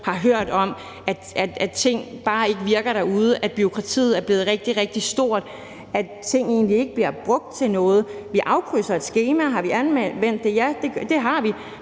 har hørt om, at tingene derude bare ikke virker, og at bureaukratiet er blevet rigtig, rigtig stort, og at tingene egentlig ikke bliver brugt til noget. Vi afkrydser et skema, og har vi anvendt det? Ja, det har vi,